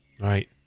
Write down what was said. Right